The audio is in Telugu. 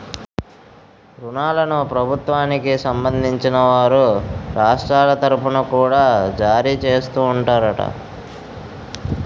ఋణాలను ప్రభుత్వానికి సంబంధించిన వారు రాష్ట్రాల తరుపున కూడా జారీ చేస్తూ ఉంటారట